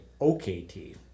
OKT